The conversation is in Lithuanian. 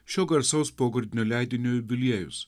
šio garsaus pogrindinio leidinio jubiliejus